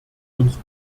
uns